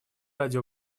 ради